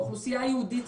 באוכלוסייה היהודית,